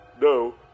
No